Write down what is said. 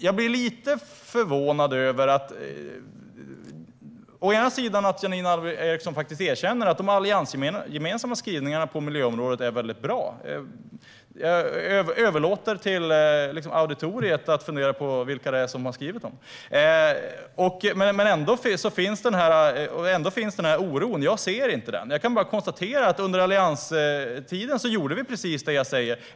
Jag blir lite förvånad över att Janine Alm Ericson erkänner att de alliansgemensamma skrivningarna på miljöområdet är bra - jag överlåter åt auditoriet att fundera på vilka som har skrivit dem. Men ändå finns denna oro. Jag ser inte den. Jag kan bara konstatera att under alliansregeringens tid gjorde vi precis det jag säger.